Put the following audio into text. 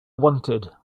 wanted